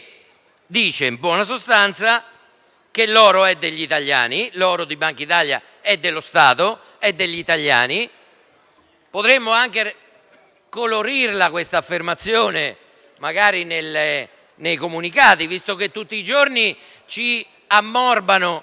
in buona sostanza che l'oro di Bankitalia è dello Stato ed è degli italiani. Potremmo anche colorire questa affermazione, magari nei comunicati. Visto che tutti i giorni ci ammorbano,